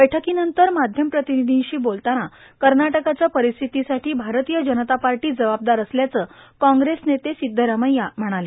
बैठकीनंतर माध्यम प्रतिनिधीश्री बोलताना कर्नाटकाव्या परिस्थितीसाठी भारतीय जनता पार्टी जबाबदार असल्याचं काँग्रेस नेते सिछरामैया म्हणाले